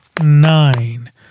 nine